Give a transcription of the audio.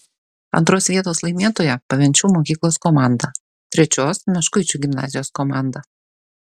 antros vietos laimėtoja pavenčių mokyklos komanda trečios meškuičių gimnazijos komanda